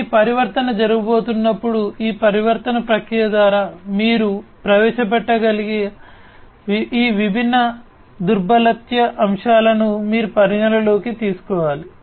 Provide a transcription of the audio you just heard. ఈ పరివర్తన జరగబోతున్నప్పుడు ఈ పరివర్తన ప్రక్రియ ద్వారా మీరు ప్రవేశపెట్టగల ఈ విభిన్న దుర్బలత్వ అంశాలను మీరు పరిగణనలోకి తీసుకోవాలి